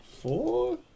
Four